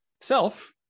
self